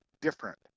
different